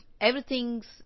everything's